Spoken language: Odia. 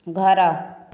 ଘର